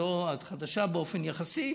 את חדשה באופן יחסי,